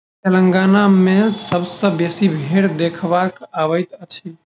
तेलंगाना मे सबसँ बेसी भेंड़ देखबा मे अबैत अछि